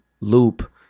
loop